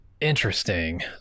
interesting